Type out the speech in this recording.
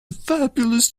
fabulous